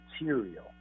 material